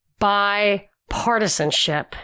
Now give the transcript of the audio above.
bipartisanship